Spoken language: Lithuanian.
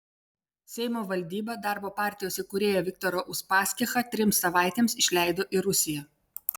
seimo valdyba darbo partijos įkūrėją viktorą uspaskichą trims savaitėms išleido į rusiją